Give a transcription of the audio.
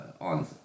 on